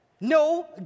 No